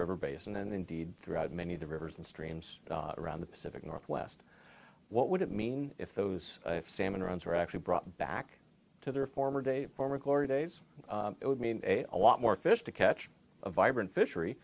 river basin and indeed throughout many of the rivers and streams around the pacific northwest what would it mean if those salmon runs were actually brought back to their former day former glory days it would mean a lot more fish to catch a vibrant fishery